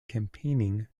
campaigning